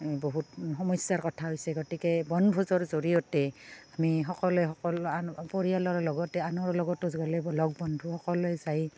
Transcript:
বহুত সমস্যাৰ কথা হৈছে গতিকে বনভোজৰ জৰিয়তে আমি সকলোৱে সকলৰ পৰিয়ালৰ লগতে আনৰ লগতো আজিকালি লগ বন্ধুসকলে যায়েই